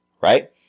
Right